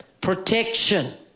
Protection